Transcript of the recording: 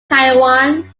taiwan